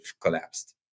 collapsed